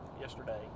yesterday